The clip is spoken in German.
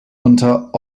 unter